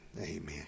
Amen